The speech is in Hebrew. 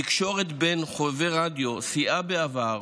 תקשורת בין חובבי רדיו סייעה בעבר